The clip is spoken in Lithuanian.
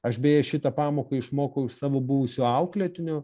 aš beje šitą pamoką išmokau iš savo buvusių auklėtinių